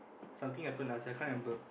something happened last year I can't remember